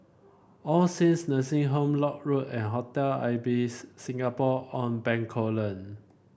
All Saints Nursing Home Lock Road and Hotel Ibis Singapore On Bencoolen